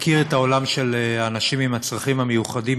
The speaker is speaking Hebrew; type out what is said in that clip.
מכיר את העולם של האנשים עם צרכים מיוחדים,